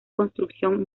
construcción